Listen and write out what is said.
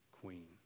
Queen